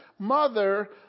Mother